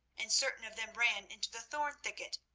and certain of them ran into the thorn thicket,